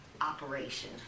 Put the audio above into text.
operation